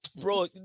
Bro